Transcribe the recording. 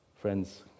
Friends